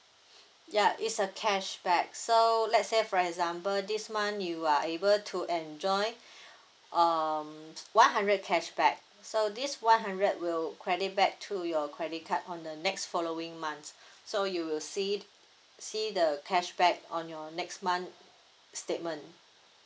ya it's a cashback so let say for example this month you are able to enjoy um one hundred cashback so this one hundred will credit back to your credit card on the next following months so you will see it see the cashback on your next month statement